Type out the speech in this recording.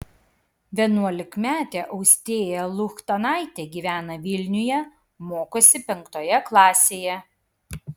vienuolikmetė austėja luchtanaitė gyvena vilniuje mokosi penktoje klasėje